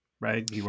right